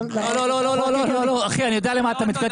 לא, לא, לא, אחי, אני יודע למה אתה מתכוון.